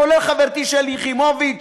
כולל חברתי שלי יחימוביץ,